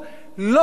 הייתי אומר,